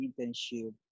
internship